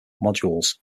modules